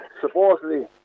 supposedly